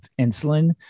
insulin